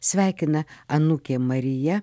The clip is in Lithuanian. sveikina anūkė marija